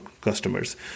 customers